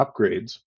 upgrades